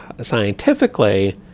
scientifically